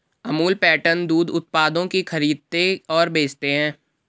Amul pattern दूध उत्पादों की खरीदते और बेचते है